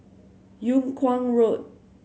Yung Kuang Road